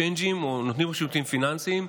צ'יינג'ים, או נותני שירותים פיננסיים,